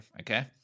okay